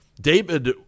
David